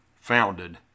founded